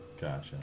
Gotcha